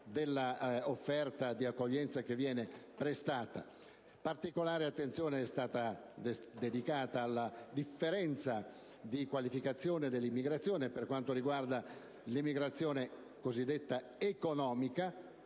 dell'offerta di accoglienza che viene prestata. Particolare attenzione è stata dedicata alla differenza di qualificazione dell'immigrazione, distinguendo tra l'immigrazione cosiddetta economica